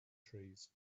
trees